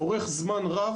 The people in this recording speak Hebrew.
עורך זמן רב,